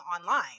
online